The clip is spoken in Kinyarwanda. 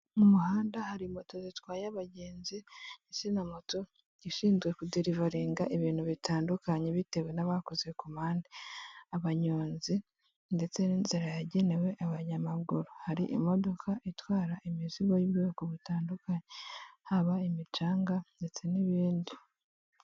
Mu muhanda hari moto zitwaye abagenzi, zino moto ishinzwe kuderivaringa ibintu bitandukanye bitewe n'abakoze ku muhanda, abanyonzi, ndetse n'inzira yagenewe abanyamaguru. Hari imodoka itwara imizigo y'ubwoko butandukanye, haba imicanga ndetse n'ibindi.